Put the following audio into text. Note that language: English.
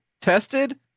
tested